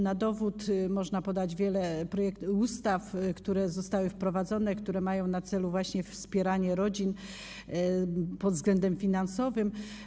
Na dowód można podać wiele ustaw, które zostały wprowadzone i które mają na celu wspieranie rodzin pod względem finansowym.